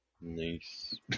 nice